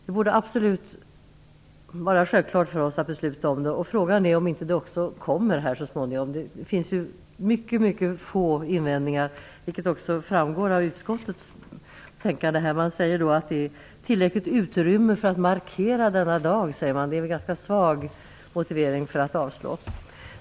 Det borde vara självklart för oss att besluta om detta, och frågan är om det inte så småningom kommer att bli så. Det finns ju mycket få invändningar mot detta. Det framgår av utskottets betänkande, där man säger att det finns tillräckligt utrymme för att markera denna dag. Det är en ganska svag avslagsmotivering.